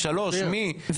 3 מי?